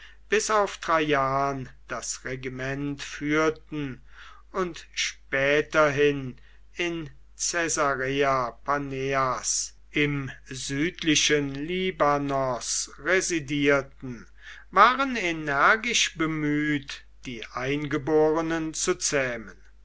bis auf traian das regiment führten und späterhin in ceasarea paneas im südlichen libanos residierten waren energisch bemüht die eingeborenen zu zähmen